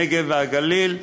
הנגב והגליל,